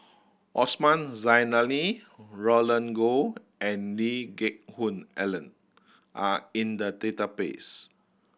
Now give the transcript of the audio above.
Osman Zailani Roland Goh and Lee Geck Hoon Ellen are in the database